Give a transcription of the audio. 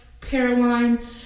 Caroline